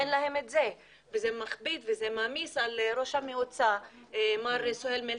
זה מכביד וזה מעמיס על ראש המועצה מר סוהיל מלחם,